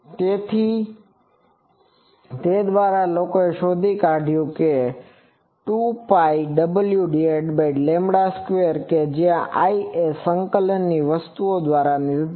તેથી તે દ્વારા લોકોએ શોધી કાઢ્યું કે 2Πw2 જ્યાં I એ સંકલન વસ્તુઓ દ્વારા નિર્ધારિત વસ્તુ છે